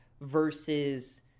versus